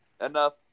enough